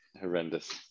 horrendous